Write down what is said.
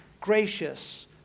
gracious